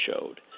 showed